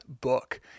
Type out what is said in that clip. book